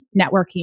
networking